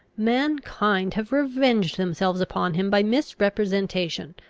mankind have revenged themselves upon him by misrepresentation,